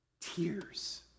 Tears